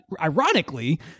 ironically –